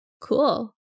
cool